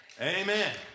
Amen